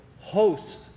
host